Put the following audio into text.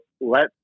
let